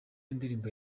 indirimbo